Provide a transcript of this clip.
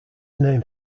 named